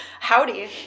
Howdy